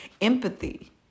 empathy